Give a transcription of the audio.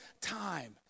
time